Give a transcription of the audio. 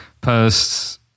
posts